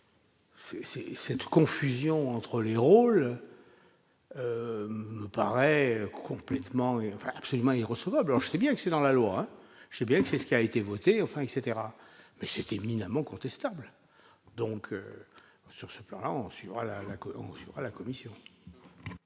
cette confusion entre les rôles. Me paraît complètement et absolument il reçoit blanc je sais bien que c'est dans la loi, je sais bien que c'est ce qui a été votée, enfin etc mais c'est éminemment contestable donc sur ce plan-là, on suivra l'arnaque